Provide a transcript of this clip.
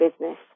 business